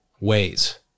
ways